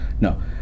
no